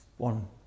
One